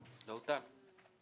לא הוטל.